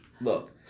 look